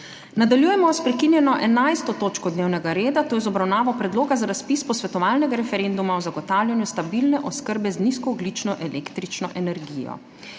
Nadaljujemo s **prekinjeno 11. točko dnevnega reda, to je s Predlogom za razpis posvetovalnega referenduma o zagotavljanju stabilne oskrbe z nizkoogljično električno energijo.**